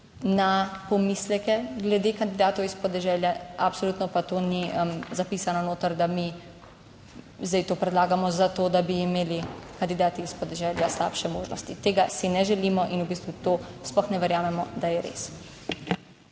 na pomisleke glede kandidatov iz podeželja. Absolutno pa to ni zapisano noter, da mi zdaj to predlagamo zato, da bi imeli kandidati iz podeželja slabše možnosti. Tega si ne želimo in v bistvu to sploh ne verjamemo, da je res.